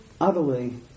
utterly